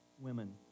women